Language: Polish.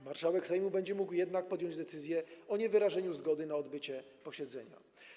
Marszałek Sejmu będzie mógł jednak podjąć decyzję o niewyrażeniu zgody na odbycie posiedzenia.